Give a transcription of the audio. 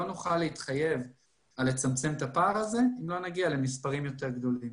לא נוכל להתחייב על צמצום הפער הזה אם לא נגיע למספרים יותר גדולים.